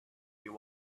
you